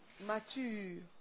mature